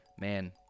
man